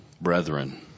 brethren